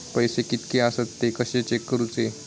पैसे कीतके आसत ते कशे चेक करूचे?